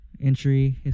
Entry